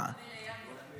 אולי הוא התכוון לאייל גולן.